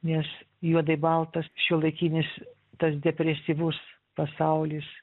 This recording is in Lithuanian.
nes juodai baltas šiuolaikinis tas depresyvus pasaulis